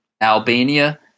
Albania